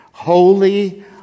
Holy